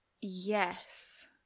Yes